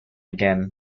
again